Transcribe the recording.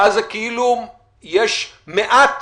ואז זה כאילו יש מעט